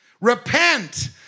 Repent